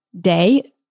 day